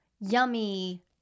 yummy